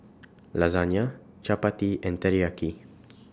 Lasagne Chapati and Teriyaki